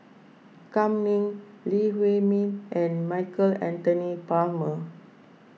Kam Ning Lee Huei Min and Michael Anthony Palmer